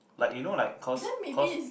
like you know like cause cause